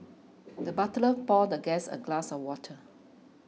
the butler poured the guest a glass of water